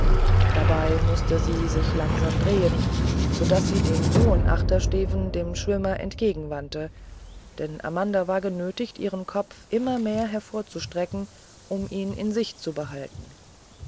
dabei mußte sie sich langsam drehen so daß sie den hohen achtersteven dem schwimmer entgegen wandte denn amanda war genötigt ihren kopf immer mehr hervorzustrecken um ihn in sicht zu behalten